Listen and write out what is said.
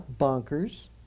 bonkers